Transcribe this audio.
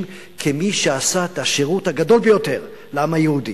כמי שעשה את השירות הגדול ביותר לעם היהודי,